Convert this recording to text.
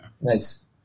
Nice